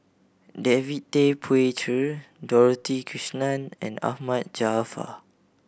David Tay Poey Cher Dorothy Krishnan and Ahmad Jaafar